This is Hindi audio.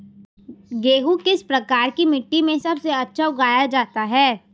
गेहूँ किस प्रकार की मिट्टी में सबसे अच्छा उगाया जाता है?